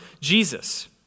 Jesus